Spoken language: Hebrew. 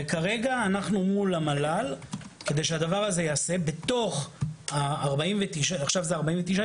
וכרגע אנחנו מול המל"ל כדי שהדבר הזה ייעשה בתוך ה-49 יישובים.